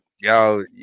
y'all